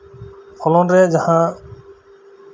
ᱯᱷᱚᱞᱚᱱᱨᱮ ᱡᱟᱦᱟᱸ